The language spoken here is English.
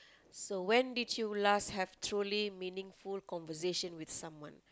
so when did you last have truly meaningful conversation with someone